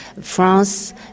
France